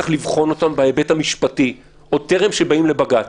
צריך לבחון אותן בהיבט המשפטי טרם שבאים לבג"ץ.